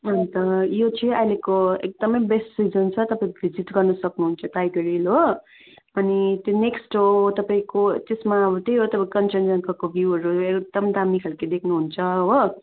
अन्त यो चाहिँ अहिलेको एकदमै बेस्ट सिजन छ तपाईँले भिजिट गर्नु सक्नुहुन्छ टाइगर हिल हो अनि त्यो नेक्स्ट हो तपाईँको त्यसमा अब त्यही हो कञ्चनजङ्घाको भ्यूहरू एकदम दामी खालको देख्नुहुन्छ हो